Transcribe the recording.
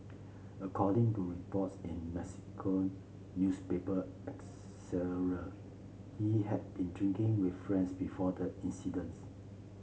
according to reports in Mexican newspaper he had been drinking with friends before the incidents